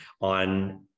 on